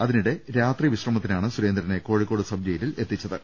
അതി നിടെ രാത്രി വിശ്രമത്തിനാണ് സുരേന്ദ്രനെ കോഴിക്കോട് സബ് ജയിലിൽ എത്തിച്ചത്